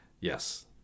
yes